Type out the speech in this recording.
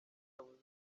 yavuze